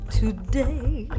today